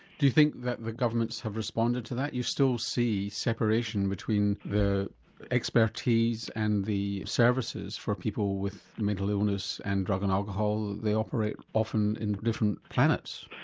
do you think that the governments have responded to that, you still see separation between the expertise and the services for people with mental illness and drug and alcohol, they operate often in different planets?